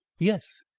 yes.